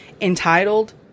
entitled